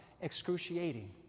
excruciating